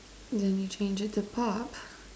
then you change it to pop